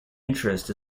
interest